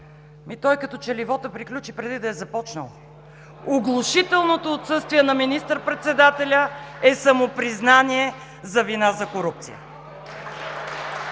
Той, като че ли вотът, приключи преди да е започнал. Оглушителното отсъствие на министър-председателя е самопризнание за вина за корупция.